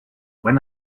when